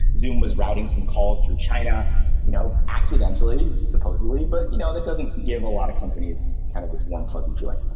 zoom was routing some calls through china you know accidentally, supposedly, but you know that doesn't give a lot of companies kind of this warm, fuzzy feeling.